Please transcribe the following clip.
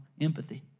empathy